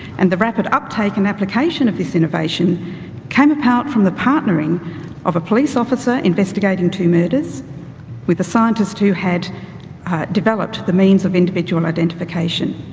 and the rapid uptake and application of this innovation came apart from the partnering of a police officer investigating two murders with the scientists who had developed the means of individual identification.